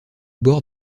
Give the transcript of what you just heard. bord